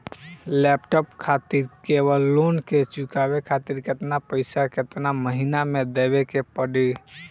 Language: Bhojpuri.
लैपटाप खातिर लेवल लोन के चुकावे खातिर केतना पैसा केतना महिना मे देवे के पड़ी?